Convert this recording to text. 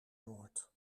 noord